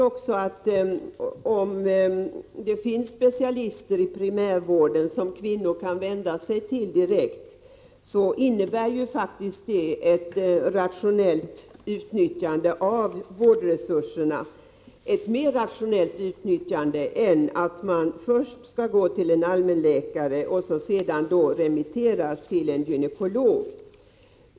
Om det finns specialister i primärvården som kvinnor kan vända sig till direkt, tycker jag att det är ett mer rationellt utnyttjande av vårdresurserna, än om man först skall gå till en allmänläkare och av denne remitteras till en gynekolog.